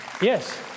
Yes